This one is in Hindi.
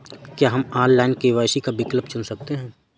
क्या हम ऑनलाइन के.वाई.सी का विकल्प चुन सकते हैं?